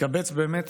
התקבץ באמת